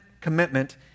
commitment